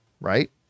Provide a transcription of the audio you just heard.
right